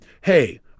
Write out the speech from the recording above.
hey